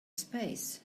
space